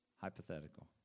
hypothetical